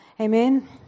Amen